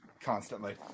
Constantly